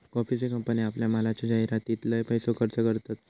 कॉफीचे कंपने आपल्या मालाच्या जाहीरातीर लय पैसो खर्च करतत